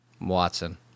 Watson